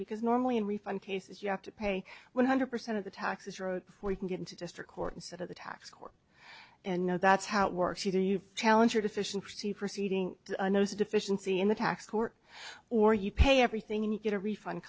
because normally in refund cases you have to pay one hundred percent of the taxes road before you can get into district court instead of the tax court and know that's how it works either you challenge your deficiency proceeding knows a deficiency in the tax court or you pay everything and you get a refund